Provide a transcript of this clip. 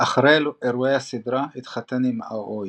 אחרי אירועי הסדרה התחתן עם אאוי